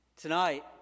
Tonight